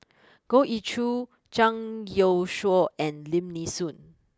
Goh Ee Choo Zhang Youshuo and Lim Nee Soon